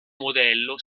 modello